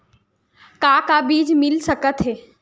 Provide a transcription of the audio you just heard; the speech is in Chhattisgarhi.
का का बीज मिल सकत हे?